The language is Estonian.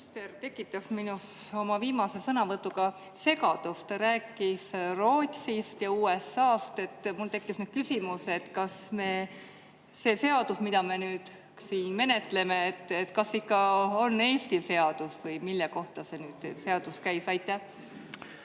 Minister tekitas minus oma viimase sõnavõtuga segadust. Ta rääkis Rootsist ja USA-st. Mul tekkis küsimus, kas see seadus, mida me siin menetleme, on ikka Eesti seadus või mille kohta see seadus käib. Aitäh!